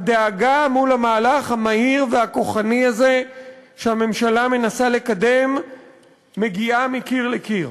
הדאגה מול המהלך המהיר והכוחני הזה שהממשלה מנסה לקדם מגיעה מקיר לקיר.